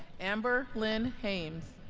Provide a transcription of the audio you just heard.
amber lynn hames